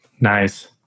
Nice